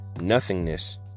nothingness